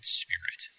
spirit